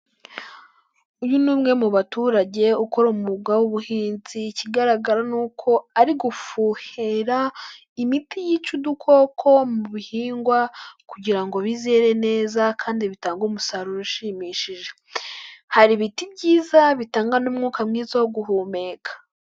Uyu ni umwe mu baturage ukora umwuga w'ubuhinzi, ikigaragara ni uko ari gufuhera imiti yica udukoko mu bihingwa kugira ngo bizere neza kandi bitange umusaruro ushimishije, hari ibiti byiza bitanga n'umwuka mwiza wo guhumeka.